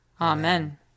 Amen